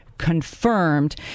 confirmed